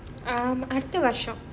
um அடுத்த வருஷம்:adutha varusham